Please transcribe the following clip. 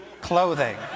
clothing